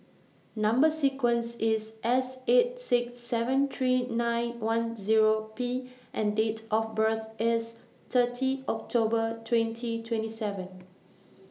Number sequence IS S eight six seven three nine one Zero P and Date of birth IS thirty October twenty twenty seven